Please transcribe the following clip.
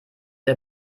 der